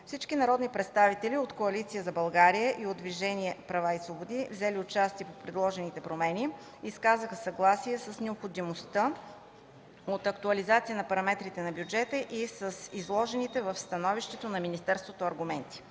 Всички народни представители от Коалиция за България и от Движението за права и свободи, взели отношение по предложените промени, изказаха съгласие с необходимостта от актуализация на параметрите на бюджета и с изложените в становището на министерството аргументи.